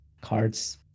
cards